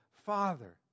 Father